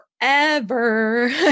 forever